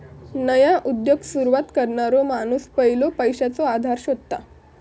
नया उद्योगाक सुरवात करणारो माणूस पयलो पैशाचो आधार शोधता